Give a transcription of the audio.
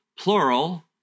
Plural